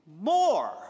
more